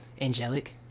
Angelic